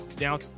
now